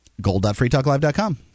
Gold.freetalklive.com